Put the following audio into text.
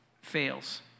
fails